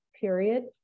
period